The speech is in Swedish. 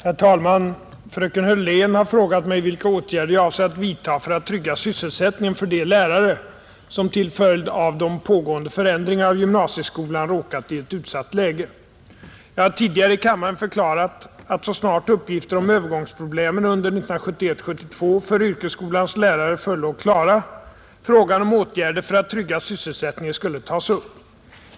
Herr talman! Fröken Hörlén har frågat mig, vilka åtgärder jag avser att vidtaga för att trygga sysselsättningen för de lärare som till följd av de pågående förändringarna av gymnasieskolan råkat i ett utsatt läge. Jag har tidigare i kammaren förklarat att, så snart uppgifter om övergångsproblemen under 1971/72 för yrkesskolans lärare förelåg klara, frågan om åtgärder för att trygga sysselsättningen skulle tas upp.